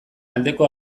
aldeko